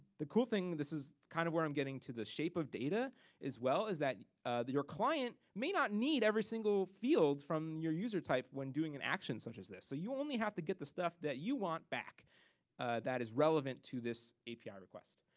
the cool thing, this is kind of where i'm getting to the shape of data as well is that your client may not need every single field from your user type when doing an action such as this. so you only have to get the stuff that you want back that is relevant to this api request,